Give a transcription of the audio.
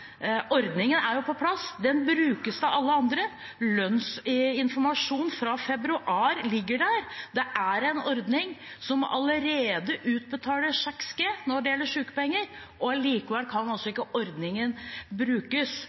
Ordningen er jo på plass, den brukes av alle andre. Lønnsinformasjon fra februar ligger der. Det er en ordning som allerede utbetaler 6G når det gjelder sykepenger, og allikevel kan altså ikke ordningen brukes